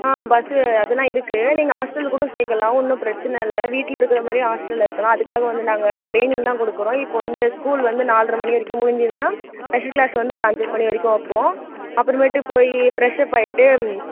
bus அதெல்லாம் இருக்கு நீங்கள் ஹாஸ்டலில் கூட சேர்க்கலாம் ஒன்றும் பிரச்சனை இல்லை வீட்டில் இருக்கிற மாதிரி ஹாஸ்டலில் இருக்கலாம் அதுக்காக வந்து நாங்கள் ட்ரைனிங்லாம் கொடுக்குறோம் இப்போ வந்து ஸ்கூல் வந்து நாலர மணி வரைக்கும் முடிஞ்சிதுன்னா ஸ்பெஷல் க்ளாஸ் வந்து ஒரு அஞ்சு மணி வரைக்கும் வைப்போம் அப்புறமேட்டு போய் ஃபிரெஷ் அப் ஆய்ட்டு